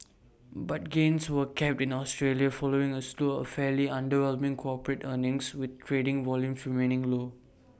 but gains were capped in Australia following A slew of fairly underwhelming corporate earnings with trading volumes remaining low